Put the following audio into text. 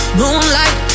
moonlight